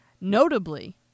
Notably